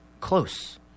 close